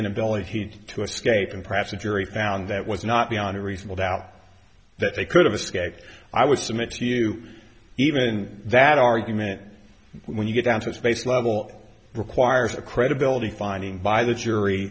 inability to escape and perhaps the jury found that was not beyond a reasonable doubt that they could have escaped i would submit to you even that argument when you get down to space level requires a credibility finding by the jury